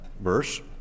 verse